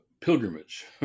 pilgrimage